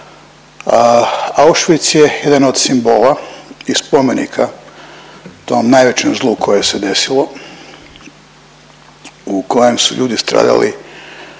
Auschwitz je jedan od simbola i spomenika tom najvećem zlu koje se desilo, u kojem su ljudi stradali